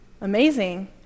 Amazing